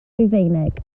rufeinig